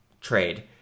trade